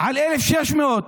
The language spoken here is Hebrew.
על 1,600,